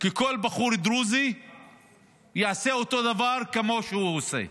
כי כל בחור דרוזי יעשה אותו דבר כמו שהוא עשה.